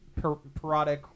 parodic